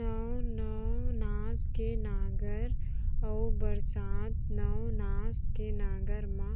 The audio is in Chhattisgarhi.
नौ नवनास के नांगर अऊ बरसात नवनास के नांगर मा